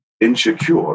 insecure